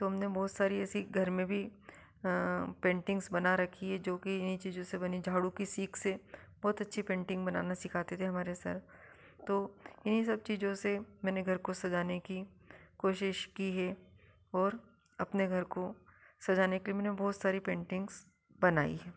तो हमने बहुत सारी ऐसी घर में भी पेंटिंग्स बना रखी है जो कि इन्हीं चीज़ों से बनी है झाड़ू की सीक से बहुत अच्छी पेंटिंग बनाना सिखाते थे हमारे सर तो इन्हीं सब चीजों से मैंने घर को सजाने की कोशिश की है और अपने घर को सजाने के लिए मैंने बहुत सारी पेंटिंग्स बनाई है